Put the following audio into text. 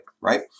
right